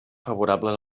favorables